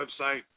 website